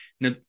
Now